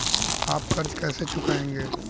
आप कर्ज कैसे चुकाएंगे?